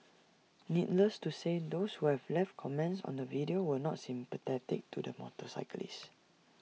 needless to say those who have left comments on the video were not sympathetic to the motorcyclist